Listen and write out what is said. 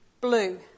Blue